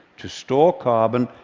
to store carbon,